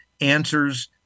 answers